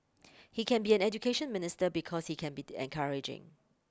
he can be an Education Minister because he can be encouraging